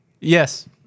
Yes